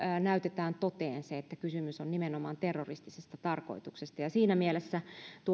näytetään toteen se että kysymys on nimenomaan terroristisesta tarkoituksesta siinä mielessä